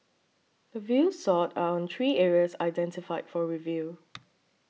the views sought are on three areas identified for review